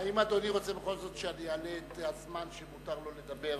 האם אדוני רוצה בכל זאת שאני אעלה את הזמן שמותר לו לדבר?